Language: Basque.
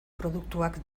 produktuak